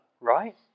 right